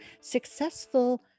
successful